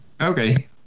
Okay